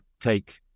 take